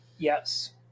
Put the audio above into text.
Yes